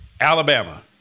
Alabama